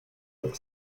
look